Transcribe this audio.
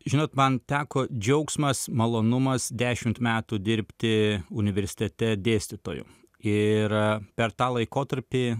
žinot man teko džiaugsmas malonumas dešimt metų dirbti universitete dėstytoju ir per tą laikotarpį